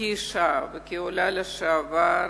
כאשה וכעולה לשעבר,